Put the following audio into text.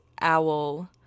owl